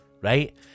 right